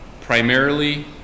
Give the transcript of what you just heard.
primarily